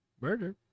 Murder